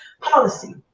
policy